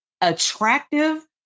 attractive